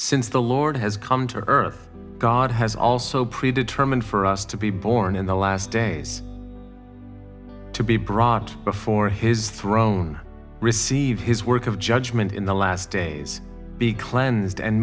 since the lord has come to earth god has also pre determined for us to be born in the last days to be brought before his throne receive his work of judgment in the last days be cleansed and